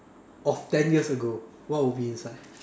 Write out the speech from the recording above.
of ten years ago what would be inside